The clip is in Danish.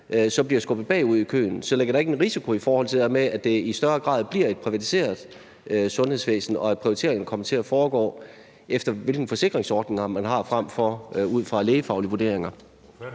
bliver skubbet bagud i køen. Så er der ikke en risiko i forhold til det med, at det i større grad bliver et privatiseret sundhedsvæsen, og at prioriteringerne foretages efter, hvilken forsikringsordning man har, frem for ud fra lægefaglige vurderinger?